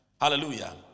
Hallelujah